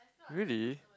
really